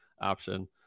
option